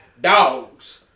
Dogs